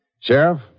Sheriff